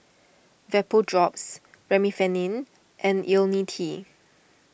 Vapodrops Remifemin and Ionil T